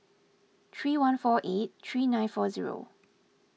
three one four eight three nine four zero